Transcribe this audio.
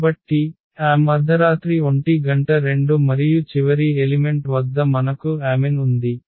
కాబట్టి am1 am2 మరియు చివరి ఎలిమెంట్ వద్ద మనకు amn ఉంది